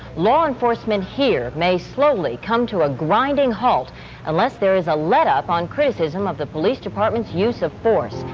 law enforcement here may slowly come to a grinding halt unless there is a letup on criticism of the police department's use of force.